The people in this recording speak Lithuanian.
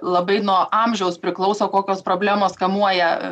labai nuo amžiaus priklauso kokios problemos kamuoja